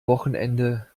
wochenende